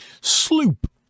Sloop